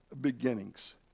beginnings